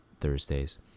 Thursdays